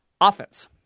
offense